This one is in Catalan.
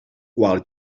qual